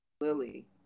Lily